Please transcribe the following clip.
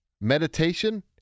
Meditation